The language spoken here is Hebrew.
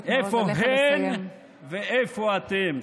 איפה הן ואיפה אתם.